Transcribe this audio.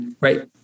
right